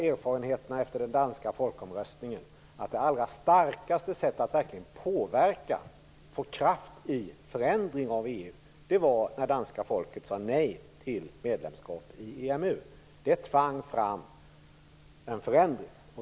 Erfarenheterna efter den danska folkomröstningen visar att det allra starkaste sättet att verkligen påverka och få kraft i förändringen av EU är att, som det danska folket gjorde, säga nej till medlemskap i EMU. Det tvang fram en förändring.